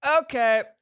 Okay